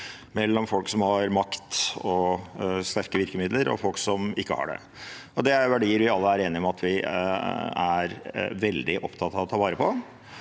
mellom folk som har makt og sterke virkemidler og folk som ikke har det. Det er verdier vi alle er enige om at vi er veldig opptatt av å ta vare på.